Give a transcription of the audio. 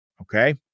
okay